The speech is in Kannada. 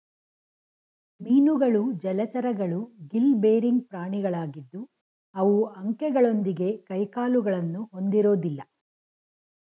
ಮೀನುಗಳು ಜಲಚರಗಳು ಗಿಲ್ ಬೇರಿಂಗ್ ಪ್ರಾಣಿಗಳಾಗಿದ್ದು ಅವು ಅಂಕೆಗಳೊಂದಿಗೆ ಕೈಕಾಲುಗಳನ್ನು ಹೊಂದಿರೋದಿಲ್ಲ